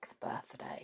birthday